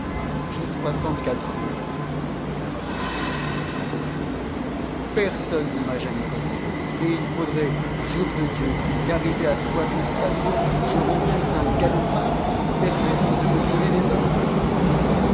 j'ai soixante-quatre ans déclara le père soupe qui n'avait pas compris un mot personne ne m'a jamais commandé et il faudrait jour de dieu qu'arrivé à soixante-quatre ans je rencontre un galopin pour se permettre de me donner des ordres